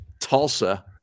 Tulsa